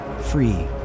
free